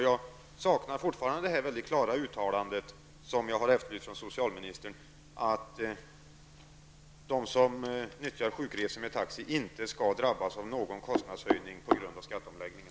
Jag saknar fortfarande det klara uttalande som jag har efterlyst från socialministerns sida, att de som nyttjar sjukresor med taxi inte skall drabbas av någon kostnadshöjning på grund av skatteomläggningen.